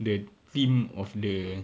the theme of the